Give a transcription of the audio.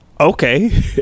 okay